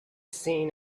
seen